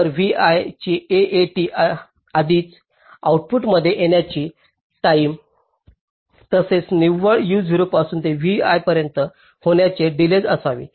तर vi ची AAT आधीच्या आउटपुटमध्ये येण्याची टाईम तसेच या निव्वळ uo पासून ते vi पर्यंत होण्यास डीलेय असावी